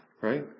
Right